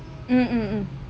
mmhmm